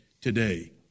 today